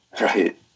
Right